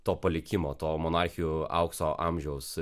to palikimo to monarchijų aukso amžiaus